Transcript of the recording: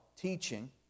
teaching